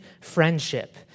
friendship